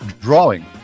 drawing